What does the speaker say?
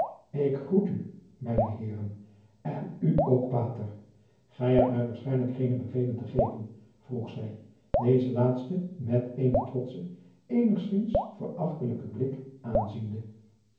ik groet u mijne heeren en u ook pater gij hebt mij waarschijnlijk geene bevelen te geven vroeg zij dezen laatsten met eenen trotschen eenigzins verachtelijken blik aanziende